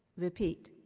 repeat,